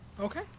Okay